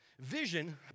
Vision